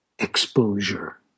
exposure